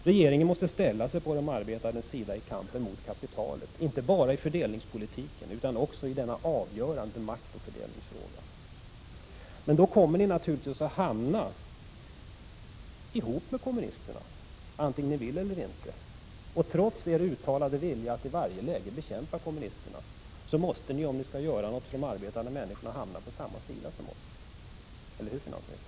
Regeringen måste ställa sig på de arbetandes sida i kampen mot kapitalet, inte bara i fördelningspolitiken utan också i denna avgörande maktoch fördelningsfråga. Då hamnar regeringen naturligtvis på kommunisternas sida vare sig den vill det eller inte. Trots er uttalade vilja att i varje läge bekämpa kommunisterna måste ni, om ni skall göra något för de arbetande människorna, hamna på samma sida som vi. Eller hur, finansministern?